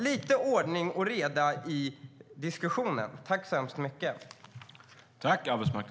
Lite ordning och reda i diskussionen!